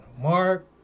Mark